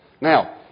Now